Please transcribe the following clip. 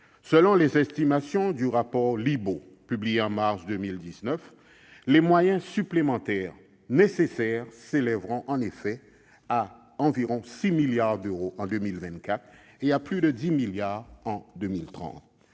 Selon les estimations du rapport Libault, publié en mars 2019, les moyens supplémentaires nécessaires s'élèveront en effet à environ 6 milliards d'euros en 2024 et à plus de 10 milliards d'euros